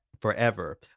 Forever